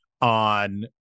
on